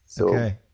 Okay